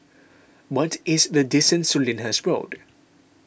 what is the distance to Lyndhurst Road